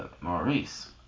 Maurice